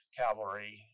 cavalry